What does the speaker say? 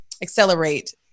accelerate